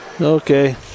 Okay